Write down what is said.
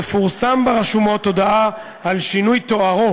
תפורסם ברשומות הודעה על שינוי תוארו